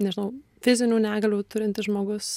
nežinau fizinių negalių turintis žmogus